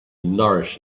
nourish